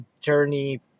journey